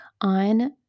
on